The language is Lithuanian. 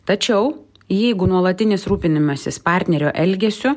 tačiau jeigu nuolatinis rūpinimasis partnerio elgesiu